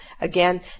again